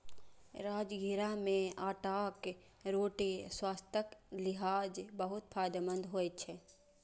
राजगिरा के आटाक रोटी स्वास्थ्यक लिहाज बहुत फायदेमंद होइ छै